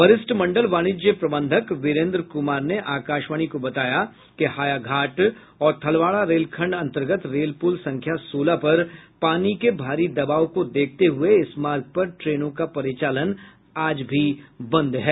वरिष्ठ मंडल वाणिज्य प्रबंधक बिरेंद्र कुमार ने आकाशवाणी को बताया कि हायाघाट और थलवाडा रेलखंड अंतर्गत रेल पुल संख्या सोलह पर पानी के भारी दबाव को देखते हुए इस मार्ग पर ट्रेनों का परिचालन आज भी बंद है